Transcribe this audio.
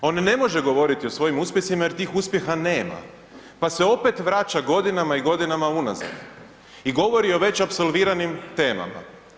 On ne može govoriti o svojim uspjesima jer tih uspjeha nema, pa se opet vraća godinama i godinama unazad i govori o već apsolviranim temama.